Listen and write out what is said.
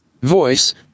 voice